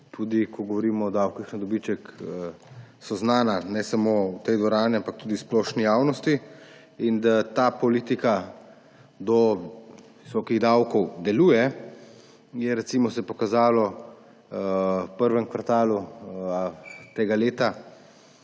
tudi ko govorimo o davkih na dobiček, so znana, ne samo v tej dvorani, ampak tudi splošni javnosti. Da ta politika do visokih davkov deluje, se je recimo pokazalo v prvem kvartalu tega leta